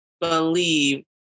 believe